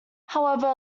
however